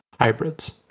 hybrids